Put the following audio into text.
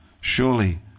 Surely